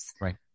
right